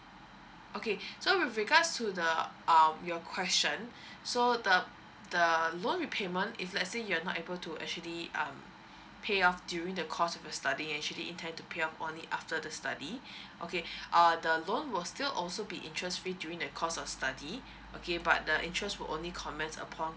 okay so with regards to the um your question so the the loan repayment if let's say you're not able to actually um pay off during the course you are studying actually intend to pay off only after the study okay uh the loan will still also be interest free during the course of study okay but the interest will only comments upon